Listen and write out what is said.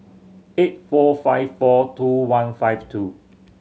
eight four five four two one five two